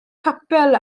capel